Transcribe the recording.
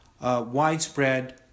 widespread